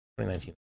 2019